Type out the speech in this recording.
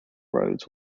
roads